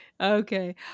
Okay